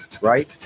right